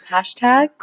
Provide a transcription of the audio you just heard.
Hashtag